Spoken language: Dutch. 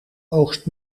oogst